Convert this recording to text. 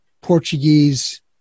portuguese